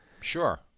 Sure